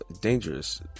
Dangerous